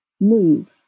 Move